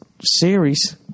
series